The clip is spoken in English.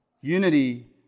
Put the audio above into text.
Unity